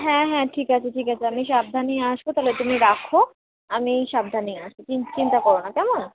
হ্যাঁ হ্যাঁ ঠিক আছে ঠিক আছে আমি সাবধানেই আসবো তাহলে তুমি রাখো আমি সাবধানেই আসবো চিন চিন্তা করো না কেমন